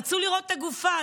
רצו לראות את הגופה,